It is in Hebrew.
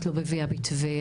את לא מביאה מתווה.